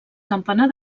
campanar